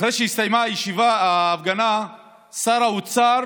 אחרי שהסתיימה ההפגנה שר האוצר